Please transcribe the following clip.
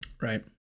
Right